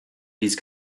these